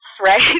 right